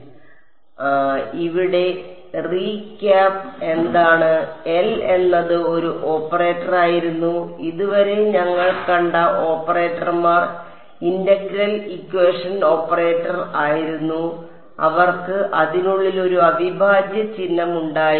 അതിനാൽ ഇവിടെ റീക്യാപ്പ് എന്താണ് L എന്നത് ഒരു ഓപ്പറേറ്റർ ആയിരുന്നു ഇതുവരെ ഞങ്ങൾ കണ്ട ഓപ്പറേറ്റർമാർ ഇന്റഗ്രൽ ഇക്വേഷൻ ഓപ്പറേറ്റർ ആയിരുന്നു അവർക്ക് അതിനുള്ളിൽ ഒരു അവിഭാജ്യ ചിഹ്നം ഉണ്ടായിരുന്നു